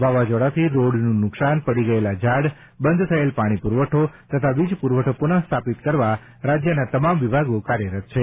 વાવાઝોડાથી રોડનું નુકસાન પડી ગયેલા ઝાડ બંધ થયેલ પાણી પૂરવઠો તથા વીજ પુરવઠો પુનઃ સ્થાપિત કરવા રાજ્યના તમામ વિભાગો કાર્યરત છે